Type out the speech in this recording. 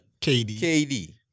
KD